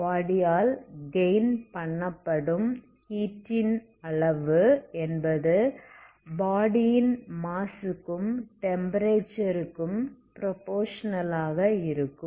பாடி ஆல் கெயின் பண்ணப்படும் ஹீட் ன் அளவு என்பது பாடி யின் மாஸ் க்கும் டெம்ப்பரேச்சர் க்கும் ப்ரோபோசனல் ஆக இருக்கும்